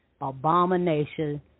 abomination